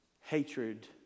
Hatred